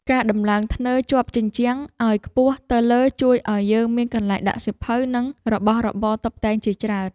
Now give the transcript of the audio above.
ការដំឡើងធ្នើរជាប់ជញ្ជាំងឱ្យខ្ពស់ទៅលើជួយឱ្យយើងមានកន្លែងដាក់សៀវភៅនិងរបស់របរតុបតែងជាច្រើន។